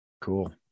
Cool